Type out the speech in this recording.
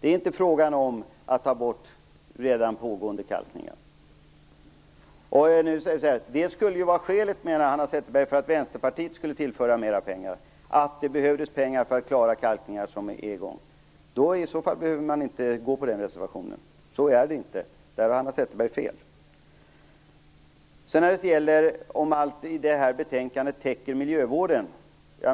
Det är inte fråga om att avbryta redan pågående kalkningar. Skälet för att Vänsterpartiet skulle tillföra mera pengar skulle enligt Hanna Zetterberg vara att det behövs pengar för klara kalkningar som pågår, men i så fall behöver man inte bifalla den reservationen. Hanna Zetterberg har här fel. Vad gäller frågan om det här betänkandet täcker allt inom miljövården